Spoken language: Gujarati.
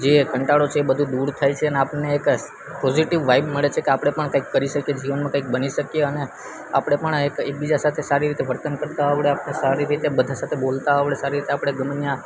જે કંટાળો છે એ બધું દૂર થાય છે અને આપણે એક સ પોઝિટિવ વાઈબ મળે છે કે આપણે પણ કંઈક શકીએ જીવનમાં કંઈક બની શકીએ અને આપણે પણ એકબીજા સાથે સારી રીતે વર્તન કરતાં આવડે આપણે સારી રીતે બધા સાથે બોલતાં આવડે સારી રીતે આપણે ગમે યાં